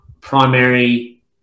primary